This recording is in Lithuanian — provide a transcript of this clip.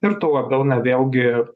ir tuo labiau na vėlgi